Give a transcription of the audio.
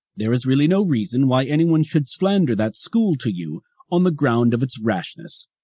there is really no reason why anyone should slander that school to you on the ground of its rashness.